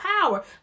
power